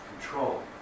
control